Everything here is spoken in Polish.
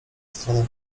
stronę